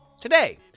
today